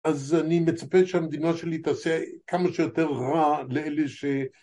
אז אני מצפה שהמדינה שלי תעשה כמה שיותר רע לאלה ש...